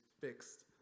fixed